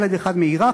ילד אחד מעיראק,